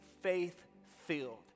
faith-filled